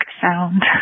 sound